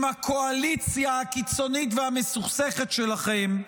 עם הקואליציה הקיצונית והמסוכסכת שלכם,